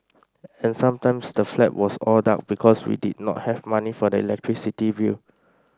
and sometimes the flat was all dark because we did not have money for the electricity bill